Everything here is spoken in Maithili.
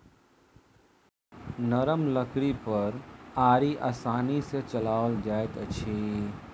नरम लकड़ी पर आरी आसानी सॅ चलाओल जाइत अछि